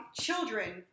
children